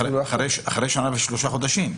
אחרי שנה ושלושה חודשים.